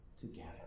together